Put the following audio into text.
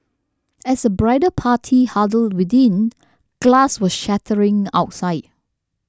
as the bridal party huddled within glass was shattering outside